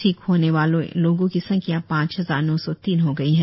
ठीक होने वाले लोगों की संख्या पांच हजार नौ सौ तीन हो गई है